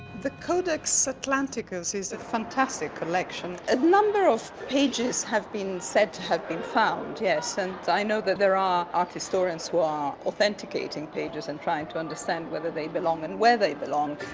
the codex atlanticus is a fantastic collection. a number of pages have been said to have been found, yes. and i know that there are art historians who are authenticating pages and trying to understand whether they belong and where they belong.